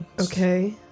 Okay